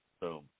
Boom